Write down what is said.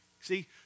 See